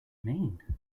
mean